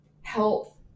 health